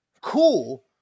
Cool